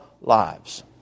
lives